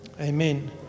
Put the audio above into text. amen